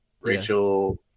Rachel